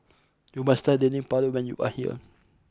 you must try Dendeng Paru when you are here